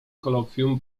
kolokwium